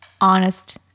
honest